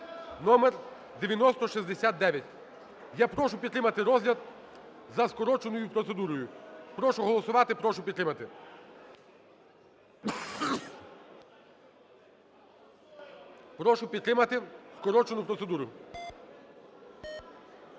Номер 9069. Я прошу підтримати розгляд за скороченою процедурою. Прошу голосувати, прошу підтримати. Прошу підтримати скорочену процедуру.